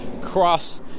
cross